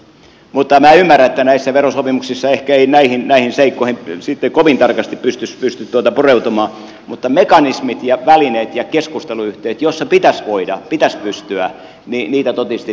minä ymmärrän että näissä verosopimuksissa ei ehkä näihin seikkoihin kovin tarkasti pysty pureutumaan mutta mekanismeja ja välineitä ja keskusteluyhteyksiä joissa pitäisi voida pitäisi pystyä totisesti tarvitaan